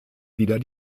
wieder